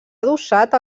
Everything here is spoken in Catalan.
adossat